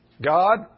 God